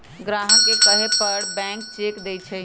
ग्राहक के कहे पर बैंक चेक देई छई